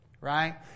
right